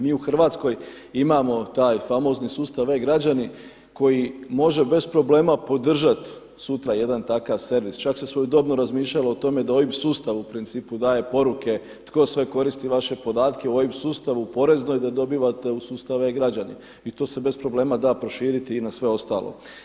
Mi u Hrvatskoj imamo taj famozni sustav e-Građani koji može bez problema podržati sutra jedan takav servis, čak se svojedobno razmišljalo o tome da OIB sustavu u principu daje poruke tko sve koristi vaše podatke, u OIB sustavu u poreznoj da dobivate u sustav e-Građani i to se bez problema da proširiti i na sve ostalo.